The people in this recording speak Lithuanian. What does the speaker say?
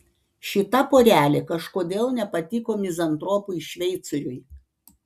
šita porelė kažkodėl nepatiko mizantropui šveicoriui